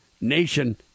nation